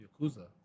Yakuza